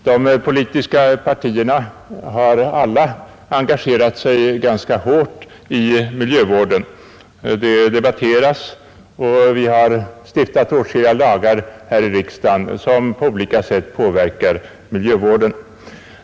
De politiska partierna har alla engagerat sig ganska hårt i miljövården; det debatteras, och vi har här i riksdagen stiftat åtskilliga lagar som på olika sätt påverkar miljövården.